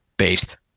Based